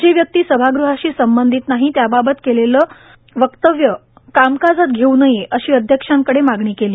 जी व्यक्ती सभागृहाशी संबंधीत नाही त्यांबाबत केलेलं व्यक्त्वं काजकाजत घेवू नये अशी अध्यक्षांकडे मागणी केली